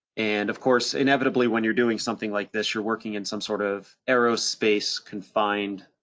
and of course, inevitably, when you're doing something like this, you're working in some sort of aerospace confined